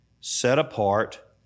set-apart